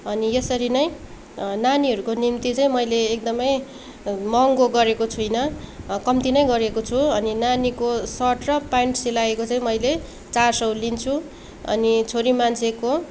अनि यसरी नै नानीहरूको निम्ति चाहिँ मैले एकदमै महँगो गरेको छुइनँ कम्ती नै गरेको छु अनि नानीको सर्ट र पेन्ट सिलाएको चाहिँ मैले चार सय लिन्छु अनि छोरी मान्छेको